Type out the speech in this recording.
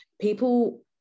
people